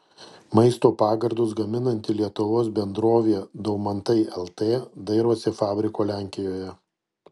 maisto pagardus gaminanti lietuvos bendrovė daumantai lt dairosi fabriko lenkijoje